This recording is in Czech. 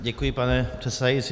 Děkuji, pane předsedající.